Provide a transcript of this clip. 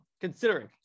considering